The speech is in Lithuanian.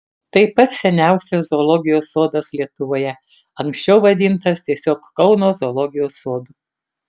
tai pats seniausias zoologijos sodas lietuvoje anksčiau vadintas tiesiog kauno zoologijos sodu